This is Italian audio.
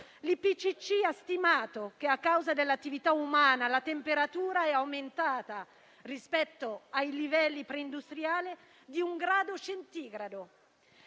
L'IPCC ha stimato che, a causa dell'attività umana, la temperatura è aumentata rispetto ai livelli pre-industriali di un grado centigrado